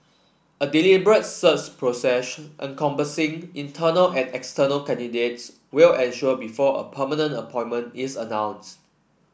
a deliberate search procession encompassing internal and external candidates will ensue before a permanent appointment is announced